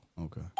okay